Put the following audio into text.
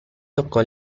toccò